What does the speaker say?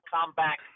comeback